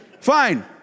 Fine